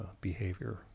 behavior